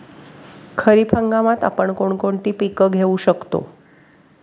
खरीप हंगामात आपण कोणती कोणती पीक घेऊ शकतो?